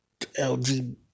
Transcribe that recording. LGBT